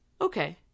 Okay